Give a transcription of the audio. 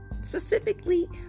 Specifically